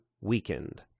weakened